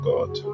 God